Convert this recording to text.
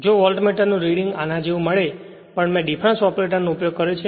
જો વોલ્ટમીટરનું રીડિંગ આના જેવું મળે છે પણ મેં ડિફરન્સ ઓપરેટર નો ઉપયોગ કર્યો છે